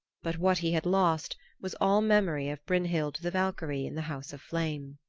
but what he had lost was all memory of brynhild the valkyrie in the house of flame.